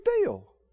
deal